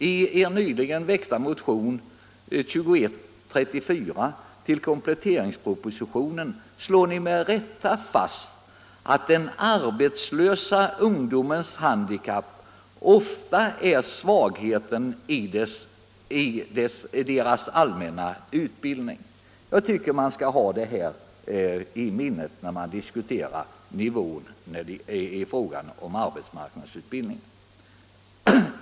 I er nyligen väckta motion nr 2134 i anslutning till kompletteringspropositionen slår ni med rätta fast att den arbetslösa ungdomens handikapp ofta är svagheten i dess allmänna utbildning. Jag tycker att man skall ha det i minnet när man diskuterar nivån i samband med arbetsmarknadsutbildningen.